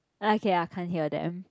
okay I can't hear them